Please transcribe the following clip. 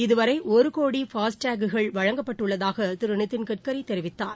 இதுவரை ஒரு crore FASTag கள் வழங்கப்பட்டுள்ளதாக திரு நிதின் கட்கரி தெரிவித்தார்